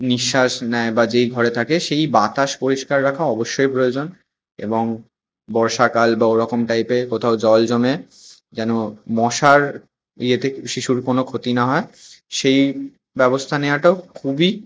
নিশ্বাস নেয় বা যেই ঘরে থাকে সেই বাতাস পরিষ্কার রাখা অবশ্যই প্রয়োজন এবং বর্ষাকাল বা ওরকম টাইপের কোথাও জল জমে যেন মশার ইয়ে থেকে শিশুর কোনো ক্ষতি না হয় সেই ব্যবস্থা নেওয়াটাও খুবই